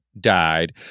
died